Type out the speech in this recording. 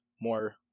more